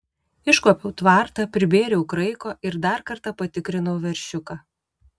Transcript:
iškuopiau tvartą pribėriau kraiko ir dar kartą patikrinau veršiuką